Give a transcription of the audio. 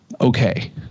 okay